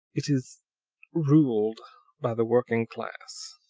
it is ruled by the working class!